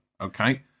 Okay